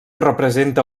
representa